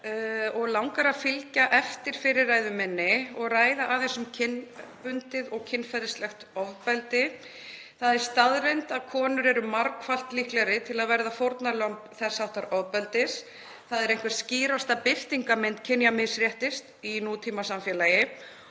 og langar að fylgja eftir fyrri ræðu minni og ræða aðeins um kynbundið og kynferðislegt ofbeldi. Það er staðreynd að konur eru margfalt líklegri til að verða fórnarlömb þess háttar ofbeldis. Það er einhver skýrasta birtingarmynd kynjamisréttis í nútímasamfélagi